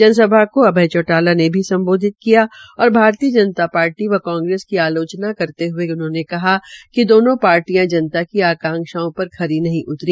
जनसभा को अभय चौटाला ने भी सम्बोधित किया और भारतीय जनता पार्टी व कांग्रेस की आलोचना करते हये कहा कि दोनों पार्टियों जनता की आकांशाओं पर खरी नहीं उतरी